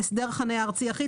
הפקודה.